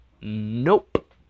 Nope